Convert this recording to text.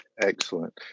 Excellent